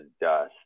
dust